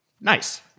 Nice